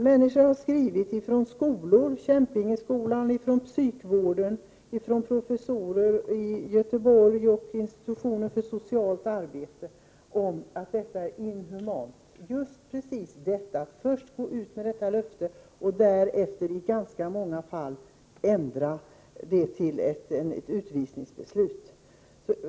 Människor har skrivit från skolor, t.ex. Kämpingeskolan, från psykvården — bl.a. professorer i Göteborg — och från institutionen för socialt arbete om att det är inhumant att först gå ut med ett sådant här löfte och därefter i ganska många fall ändra detta till ett utvisningsbeslut.